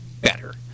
better